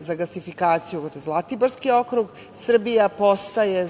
za gasifikaciju Zlatiborski okrug. Srbija postaje